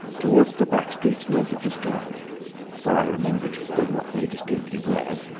towards the back streets north of the strand for i remembered, though not very distinctly where,